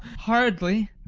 hardly!